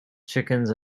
chickens